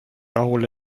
rahul